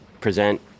present